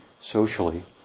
socially